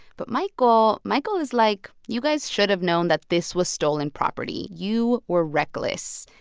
but michael michael is like, you guys should have known that this was stolen property. you were reckless.